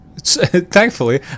Thankfully